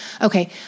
Okay